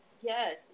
Yes